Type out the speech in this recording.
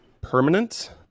permanent